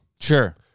Sure